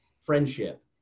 friendship